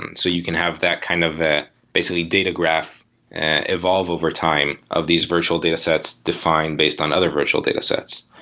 and so you can have that kind of basically data graph evolve over time of these virtual datasets defined based on other virtual datasets.